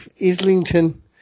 Islington